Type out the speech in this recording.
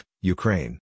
Ukraine